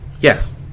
Yes